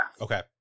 Okay